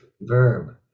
verb